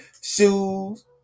Shoes